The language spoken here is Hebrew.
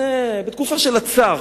בתקופה של הצאר